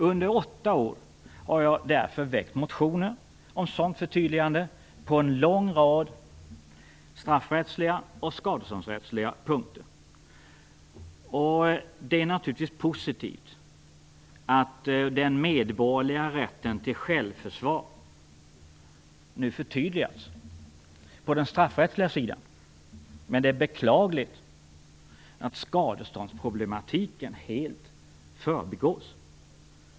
Under åtta år har jag därför väckt motioner om sådant förtydligande på en lång rad straffrättsliga och skadeståndsrättsliga punkter. Det är naturligtvis positivt att den medborgerliga rätten till självförsvar nu förtydligats på den straffrättsliga sidan, men det är beklagligt att skadeståndsproblematiken helt förbigås.